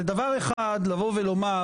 זה דבר אחד לבוא ולומר: